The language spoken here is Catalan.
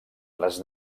les